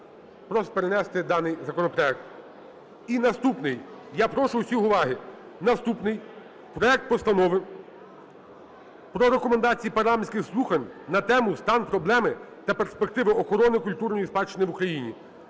просить перенести даний законопроект. І наступний, я прошу всіх уваги, наступний - проект Постанови про Рекомендації парламентських слухань на тему: "Стан, проблеми та перспективи охорони культурної спадщини в Україні".